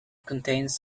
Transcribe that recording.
contains